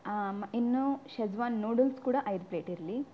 ಆಂ ಇನ್ನೂ Schezwan noodles ಕೂಡ ಐದು ಪ್ಲೇಟ್ ಇರಲಿ